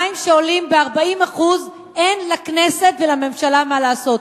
מים שעולים ב-40% אין לכנסת ולממשלה מה לעשות.